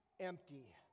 empty